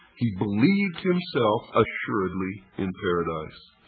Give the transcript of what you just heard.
he believed himself assuredly in paradise,